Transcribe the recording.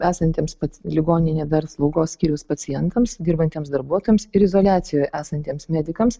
esantiems pats ligoninėj dar slaugos skyriaus pacientams dirbantiems darbuotojams ir izoliacijoje esantiems medikams